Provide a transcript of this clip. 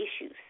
issues